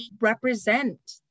represent